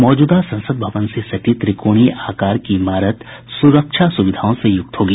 मौजूदा संसद भवन से सटी त्रिकोणीय आकार की इमारत सुरक्षा सुविधाओं से युक्त होगी